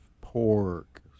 pork